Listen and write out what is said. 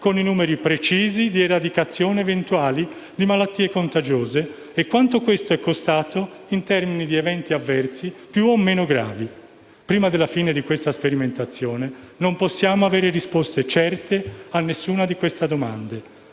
con i numeri precisi di eradicazione eventuale di malattie contagiose e quanto questo è costato in termini di eventi avversi più o meno gravi. Prima della fine di questa sperimentazione non possiamo avere risposte certe ad alcuna di queste domande,